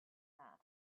that